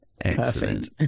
excellent